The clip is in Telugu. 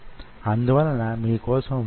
ఈ కల్చర్ ను చూద్దాం